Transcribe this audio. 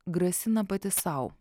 grasina pati sau